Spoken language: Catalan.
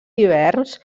hiverns